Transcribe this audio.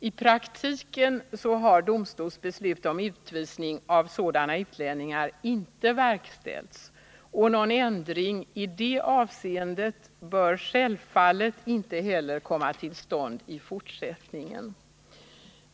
I praktiken har domstols beslut om utvisning av sådana utlänningar inte verkställts, och någon ändring i det avseendet bör självfallet inte heller komma till stånd i fortsättningen.